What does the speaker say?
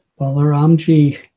Balaramji